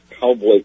cowboy